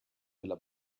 della